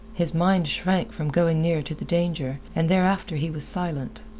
his mind shrank from going near to the danger, and thereafter he was silent.